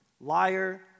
liar